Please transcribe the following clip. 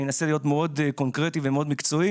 אני מנסה להיות מאוד קונקרטי ומאוד מקצועי.